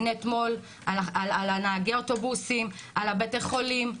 הנה אתמול על נהגי האוטובוסים, על בתי החולים.